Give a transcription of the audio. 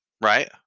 right